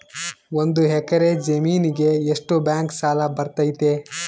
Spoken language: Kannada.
ಒಂದು ಎಕರೆ ಜಮೇನಿಗೆ ಎಷ್ಟು ಬ್ಯಾಂಕ್ ಸಾಲ ಬರ್ತೈತೆ?